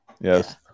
Yes